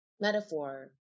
metaphor